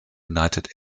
united